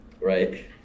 right